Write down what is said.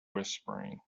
whispering